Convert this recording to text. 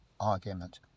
argument